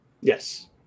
Yes